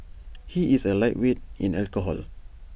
he is A lightweight in alcohol